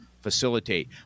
facilitate